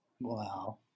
Wow